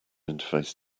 interface